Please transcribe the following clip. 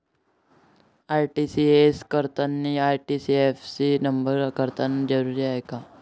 RTGS करतांनी IFSC न number असनं जरुरीच हाय का?